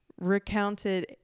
recounted